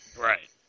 Right